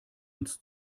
ins